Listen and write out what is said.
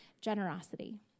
generosity